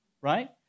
right